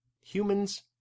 Humans